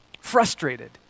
frustrated